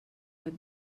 web